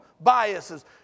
biases